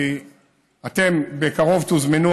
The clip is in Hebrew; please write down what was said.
ואתם בקרוב תוזמנו,